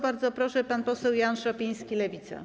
Bardzo proszę, pan poseł Jan Szopiński, Lewica.